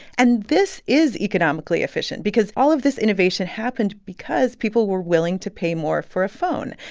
and this is economically efficient because all of this innovation happened because people were willing to pay more for a phone.